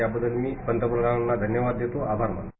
त्यामुळे मी पंतप्रधानांना धन्यवाद देतो आभार मानतो